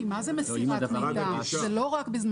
לא נכנסים כאן